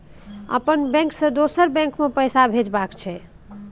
अपन बैंक से दोसर बैंक मे पैसा भेजबाक छै?